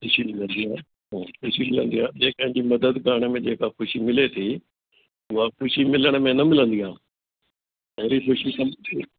इसलिए वधी आहे इसलिए अॻियां ॿिए कंहिंजी मदद में जेका ख़ुशी मिले थी उहा ख़ुशी मिलण में न मिलंदी आहे अहिड़ी ख़ुशी त